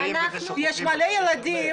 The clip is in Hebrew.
יש הרבה ילדים